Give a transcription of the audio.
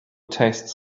tastes